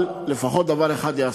אבל לפחות דבר אחד היא עשתה,